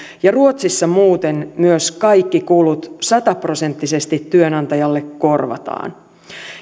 ja ruotsissa muuten myös kaikki kulut sata prosenttisesti työnantajalle korvataan